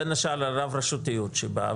בין השאר הרב-רשותיות שבה,